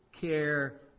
care